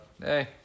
hey